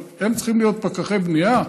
אבל הם צריכים להיות פקחי בנייה,